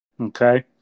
okay